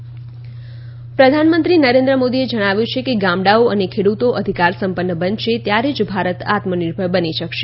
મન કી બાત પ્રધાનમંત્રી નરેન્દ્ર મોદીએ જણાવ્યું છે કે ગામડાઓ અને ખેડૂતો અધિકારસંપન્ન બનશે ત્યારે જ ભારત આત્મનિર્ભર બની શકશે